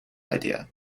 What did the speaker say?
idea